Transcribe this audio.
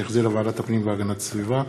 שהחזירה ועדת הפנים והגנת הסביבה,